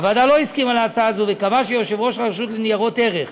הוועדה לא הסכימה להצעה זו וקבעה שיושב-ראש רשות ניירות ערך